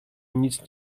nic